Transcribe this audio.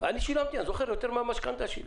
שילמתי על הטלפונים יותר מהמשכנתא שלי.